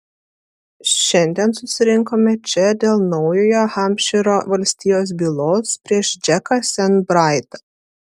šiandien susirinkome čia dėl naujojo hampšyro valstijos bylos prieš džeką sent braidą